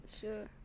sure